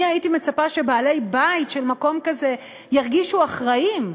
אני הייתי מצפה שבעלי בית של מקום כזה ירגישו אחראים,